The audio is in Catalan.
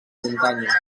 muntanya